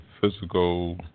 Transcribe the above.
physical